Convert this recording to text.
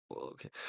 Okay